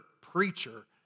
preacher